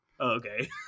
Okay